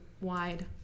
wide